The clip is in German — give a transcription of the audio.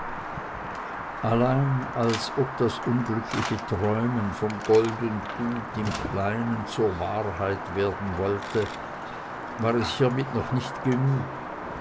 allein als ob das unglückliche träumen von gold und gut im kleinen zur wahrheit werden wollte war es hiemit noch nicht genug